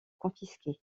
confisquées